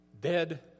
dead